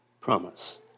promise